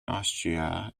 austria